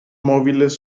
móviles